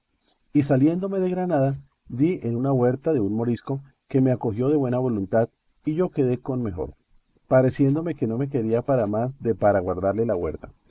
y saliéndome de granada di en una huerta de un morisco que me acogió de buena voluntad y yo quedé con mejor pareciéndome que no me querría para más de para guardarle la huerta